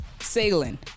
sailing